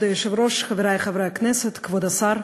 כבוד היושב-ראש, חברי חברי הכנסת, כבוד השר,